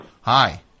Hi